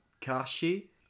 Kashi